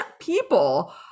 people